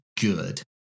good